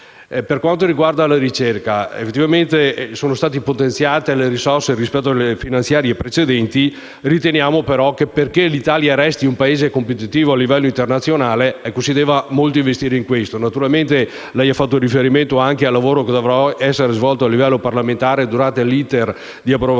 Per quanto riguarda la ricerca, effettivamente sono state potenziate le risorse rispetto alle finanziarie precedenti; tuttavia riteniamo che, affinché l'Italia resti un Paese competitivo a livello internazionale, si debba investire molto in questo settore. Naturalmente lei ha fatto riferimento anche al lavoro che dovrà essere svolto a livello parlamentare durante l'*iter* di approvazione